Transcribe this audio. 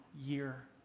year